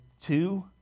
Two